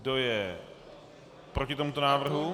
Kdo je proti tomuto návrhu?